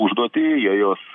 užduotį jie juos